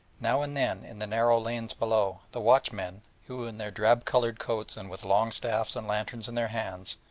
now and then in the narrow lanes below, the watchmen, who in their drab-coloured coats and with long staffs and lanterns in their hands,